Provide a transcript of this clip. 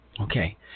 Okay